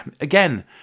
again